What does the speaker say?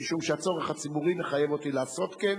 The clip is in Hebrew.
משום שהצורך הציבורי מחייב אותי לעשות כן,